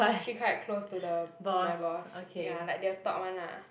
she quite close to the to my boss ya like they will talk [one] lah